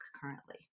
currently